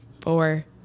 four